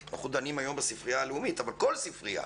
אנחנו דנים היום בספרייה הלאומית אבל כל ספרייה,